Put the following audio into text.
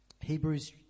Hebrews